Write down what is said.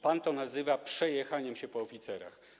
Pan to nazywa przejechaniem się po oficerach.